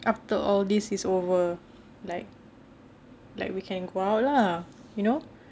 after all this is over like like we can go out lah you know